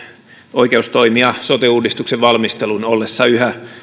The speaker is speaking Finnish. oikeustoimia sote uudistuksen valmistelun ollessa yhä